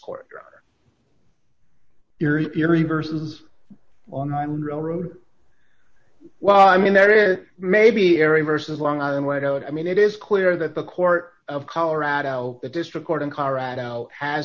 court your theory versus online railroad well i mean there is maybe area versus long island way out i mean it is clear that the court of colorado the district court in colorado has